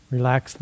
Relax